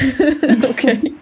okay